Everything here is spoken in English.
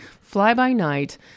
fly-by-night